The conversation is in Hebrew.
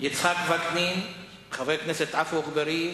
חברי הכנסת יצחק וקנין, עפו אגבאריה,